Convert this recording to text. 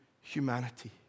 humanity